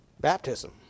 baptism